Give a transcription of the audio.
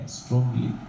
strongly